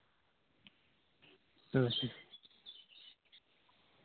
ᱟᱪᱪᱷᱟ